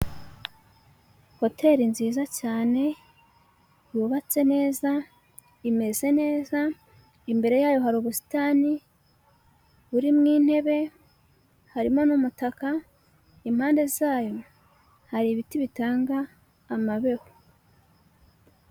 Hoteri nziza cyane, yubatse neza, imeze neza, imbere yayo hari ubusitani burimo intebe, harimo n'umutaka, impande zayo hari ibiti bitanga amabeho.